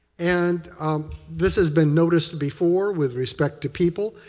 and this has been noticed before with respect to people.